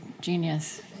genius